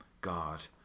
God